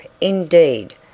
indeed